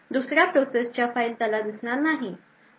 दुसऱ्या प्रोसेस च्या फाईल त्याला दिसणार नाही